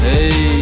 Hey